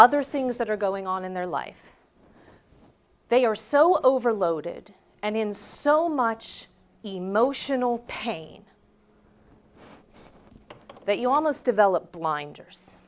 other things that are going on in their life they are so overloaded and in so much emotional pain that you almost develop blinders